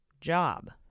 job